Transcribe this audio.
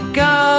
go